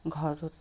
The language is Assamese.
ঘৰটোত